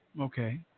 Okay